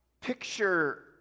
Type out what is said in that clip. Picture